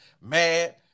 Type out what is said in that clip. Mad